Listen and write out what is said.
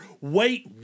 Wait